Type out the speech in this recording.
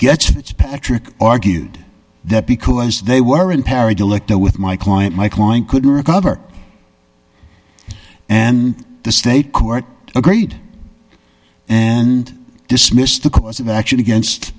gets patrick argued that because they were in parried elector with my client my client couldn't recover and the state court agreed and dismissed the cause of action against